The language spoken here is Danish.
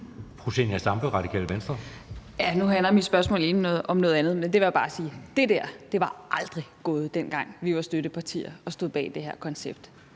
Nu handler mit spørgsmål egentlig om noget andet, men jeg vil bare sige, at det der aldrig var gået, dengang vi var støtteparti og vi stod bag det her koncept.